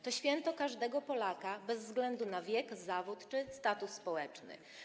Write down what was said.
To święto każdego Polaka, bez względu na wiek, zawód czy status społeczny.